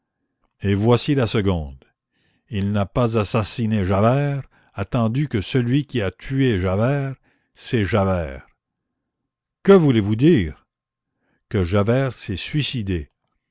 et voici la seconde il n'a pas assassiné javert attendu que celui qui a tué javert c'est javert que voulez-vous dire que javert s'est suicidé